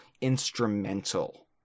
instrumental